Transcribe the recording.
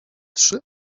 trzy